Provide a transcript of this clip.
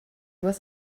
was